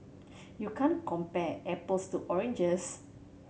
you can't compare apples to oranges